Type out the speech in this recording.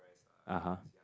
(uh huh)